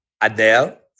Adele